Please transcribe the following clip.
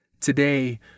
Today